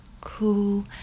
cool